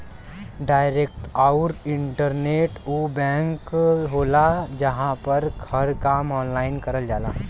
direct आउर internet उ bank होला जहां पर हर काम ऑनलाइन करल जाला